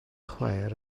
chwaer